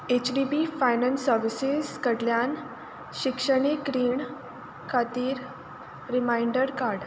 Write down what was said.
H D P finance services कडल्यान शिक्षणीक रिणा खातीर रिमांयडर काड